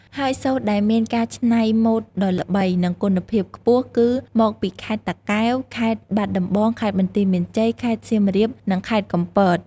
ហើយសូត្រដែលមានការច្នៃម៉ូតដ៏ល្បី និងគុណភាព ខ្ពស់គឺមកពីខេត្តតាកែវ ខេត្តបាត់ដំបង ខេត្តបន្ទាយមានជ័យ ខេត្តសៀមរាប និងខេត្តកំពត។